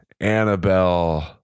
Annabelle